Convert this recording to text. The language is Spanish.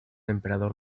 emperador